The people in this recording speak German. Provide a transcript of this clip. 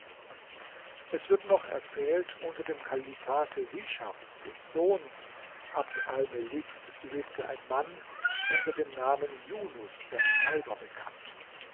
es wird noch erzählt unter dem kalifate hischams des sohnes abd almeliks lebte ein mann unter dem namen junus der schreiber bekannt